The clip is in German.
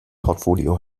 portfolio